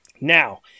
Now